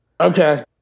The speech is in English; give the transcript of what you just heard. Okay